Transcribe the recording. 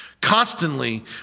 constantly